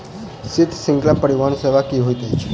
शीत श्रृंखला परिवहन सेवा की होइत अछि?